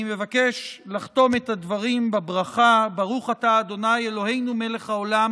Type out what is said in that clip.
אני מבקש לחתום את הדברים בברכה: "ברוך אתה ה' אלוהינו מלך העולם